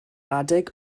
adeg